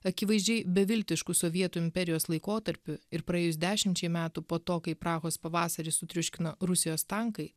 akivaizdžiai beviltišku sovietų imperijos laikotarpiu ir praėjus dešimčiai metų po to kai prahos pavasarį sutriuškino rusijos tankai